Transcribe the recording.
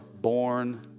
born